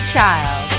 Child